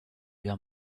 your